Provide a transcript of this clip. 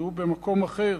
יהיו במקום אחר.